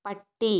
പട്ടി